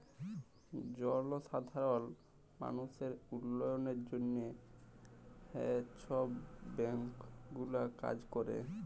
জলসাধারল মালুসের উল্ল্যয়লের জ্যনহে হাঁ ছব ব্যাংক গুলা কাজ ক্যরে